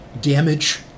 damage